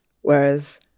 whereas